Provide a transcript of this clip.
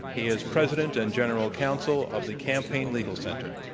he is president and general counsel of the campaign legal center.